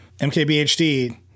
MKBHD